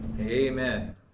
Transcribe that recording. Amen